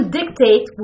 dictate